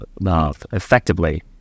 effectively